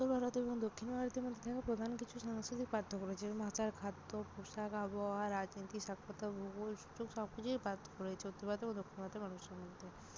উত্তর ভারত এবং দক্ষিণ ভারতের মধ্যে থাকা প্রধান কিছু সাংস্কৃতিক পার্থক্য রয়েছে যেমন আচার খাদ্য পোশাক আবহাওয়া রাজনীতি সাক্ষরতা ভূগোল সুযোগ সব কিছুই পার্থক্য রয়েছে উত্তর ভারত ও দক্ষিণ ভারতের মানুষের মধ্যে